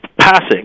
passing